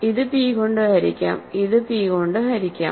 ഇത് p കൊണ്ട് ഹരിക്കാം ഇത് p കൊണ്ട് ഹരിക്കാം